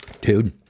Dude